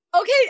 okay